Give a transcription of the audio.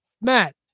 Matt